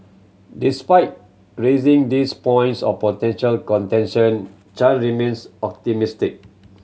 despite raising these points of potential contention Chan remains optimistic